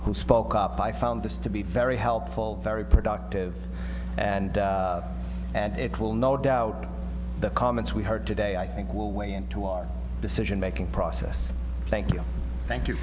who spoke up i found this to be very helpful very productive and it will no doubt the comments we heard today i think will weigh into our decision making process thank you thank you